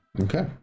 Okay